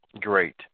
great